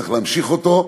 צריך להמשיך אותו,